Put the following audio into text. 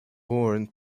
bourne